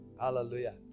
Hallelujah